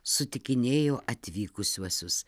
sutikinėjo atvykusiuosius